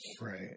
Right